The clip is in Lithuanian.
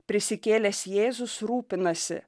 prisikėlęs jėzus rūpinasi